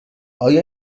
آیا